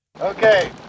Okay